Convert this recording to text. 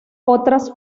otras